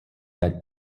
that